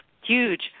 huge